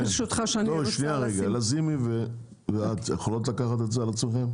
נעמה לזימי ואת יכולות לקחת את זה על עצמכן?